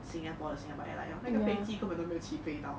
singapore the singapore airlines hor 那个飞机根本就没有起飞到